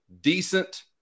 decent